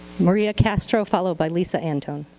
maria castro followed by lisa antone.